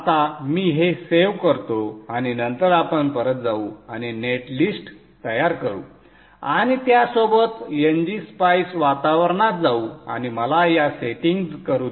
आता मी हे सेव्ह करतो आणि नंतर आपण परत जाऊ आणि नेटलिस्ट तयार करू आणि त्यासोबत ngSpice वातावरणात जाऊ आणि मला या सेटिंग्ज करू द्या